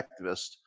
activist